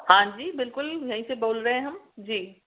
ہاں جی بالکل یہیں سے بول رہے ہیں ہم جی